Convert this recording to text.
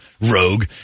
rogue